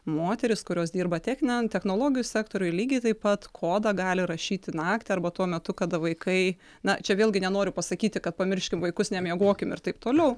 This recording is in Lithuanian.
moterys kurios dirba techninian technologijų sektoriuj lygiai taip pat kodą gali rašyti naktį arba tuo metu kada vaikai na čia vėlgi nenoriu pasakyti kad pamirškim vaikus nemiegokim ir taip toliau